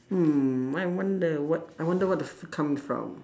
mm I wonder what I wonder what the food come from